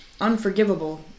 Unforgivable